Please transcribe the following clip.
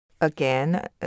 Again